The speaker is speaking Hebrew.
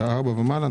4 ומעלה.